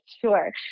Sure